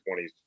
20s